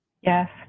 Yes